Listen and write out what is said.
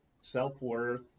self-worth